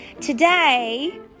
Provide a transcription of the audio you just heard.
today